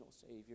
Savior